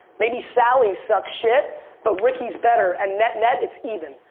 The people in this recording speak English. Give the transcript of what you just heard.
maybe sally sucks shit but ricky's better and net net it's even.